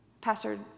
Pastor